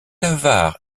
avare